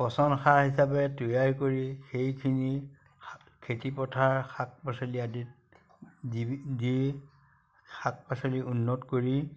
পচন সাৰ হিচাপে তৈয়াৰ কৰি সেইখিনি খেতি পথাৰ শাক পাচলি আদিত দি শাক পাচলি উন্নত কৰি